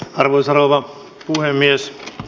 arvoisa rouva puhemies